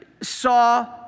saw